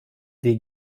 des